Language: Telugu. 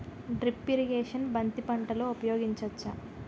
డ్రిప్ ఇరిగేషన్ బంతి పంటలో ఊపయోగించచ్చ?